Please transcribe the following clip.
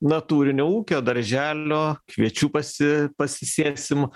natūrinio ūkio darželio kviečių pasi pasisėsim